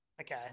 Okay